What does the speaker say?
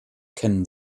kennen